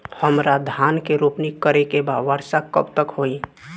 हमरा धान के रोपनी करे के बा वर्षा कब तक होई?